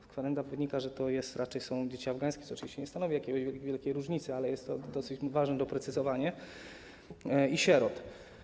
Z kwerendy wynika, że to są raczej dzieci afgańskie, co oczywiście nie stanowi jakiejś wielkiej różnicy, ale jest to dosyć ważne doprecyzowanie, i sieroty.